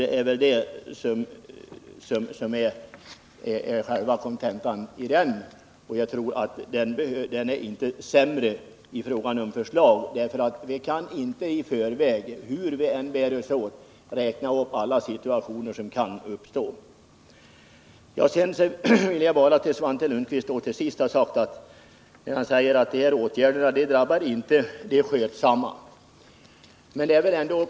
Detta är väl själva kontentan. Jag tror inte att detta förslag är sämre, ty vi kan inte i förväg, hur vi än bär oss åt, räkna med alla tänkbara situationer som kan komma. Till sist vill jag bara säga några ord till Svante Lundkvist med anledning av hans uttalande att socialdemokraternas åtgärder inte drabbar de skötsamma.